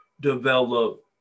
develop